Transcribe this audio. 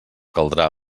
caldrà